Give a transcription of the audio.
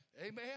Amen